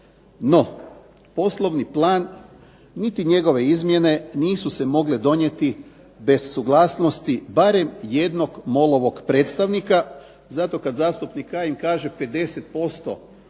No, poslovni plan niti njegove izmjene nisu se mogle donijeti bez suglasnosti barem jednog MOL-ovog predstavnika. Zato kad zastupnik Kajin kaže 50%